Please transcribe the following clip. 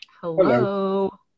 Hello